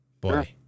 boy